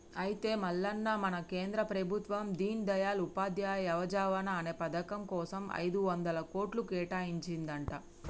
అయితే మల్లన్న మన కేంద్ర ప్రభుత్వం దీన్ దయాల్ ఉపాధ్యాయ యువజన అనే పథకం కోసం ఐదొందల కోట్లు కేటాయించిందంట